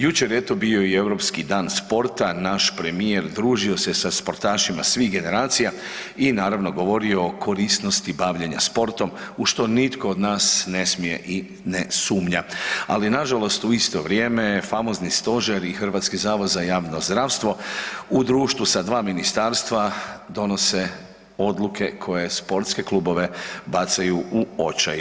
Jučer je eto bio i Europski dan sporta, naš premijer družio se sa sportašima svih generacija i naravno govorio o korisnosti bavljenja sportom u što nitko od nas ne smije i ne sumnja ali nažalost u isto vrijeme, famozni stožer i HZJZ u društvu sa dva ministarstva donose odluke koje sportske klubove, bacaju u očaj.